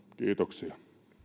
kiitoksia